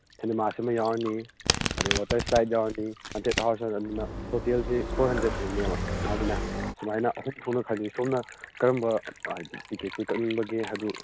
cinema ꯁꯤꯃ ꯌꯥꯎꯔꯅꯤ ꯑꯗꯒꯤ ꯋꯥꯇꯔ ꯁ꯭ꯂꯥꯏꯗ ꯌꯥꯎꯔꯅꯤ ꯍꯟꯇꯦꯗ ꯍꯥꯎꯁ ꯑꯣꯏꯅ ꯑꯗꯨꯅ ꯇꯣꯇꯦꯜꯁꯤ ꯐꯣꯔ ꯍꯟꯗ꯭ꯔꯦꯗ ꯑꯣꯏꯅꯦꯕ ꯃꯥꯒꯤꯅ ꯁꯨꯃꯥꯏꯅ ꯑꯍꯨꯝ ꯊꯣꯛꯅ ꯈꯥꯏꯗꯣꯛꯏ ꯁꯣꯝꯅ ꯀꯥꯔꯝꯕ ꯍꯥꯏꯗꯤ ꯇꯤꯛꯀꯦꯠꯁꯦ ꯀꯛꯅꯤꯡꯕꯒꯤ ꯍꯥꯏꯗꯨ